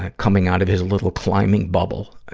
ah coming out of his little climbing bubble,